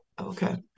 Okay